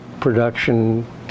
production